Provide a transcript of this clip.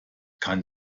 kann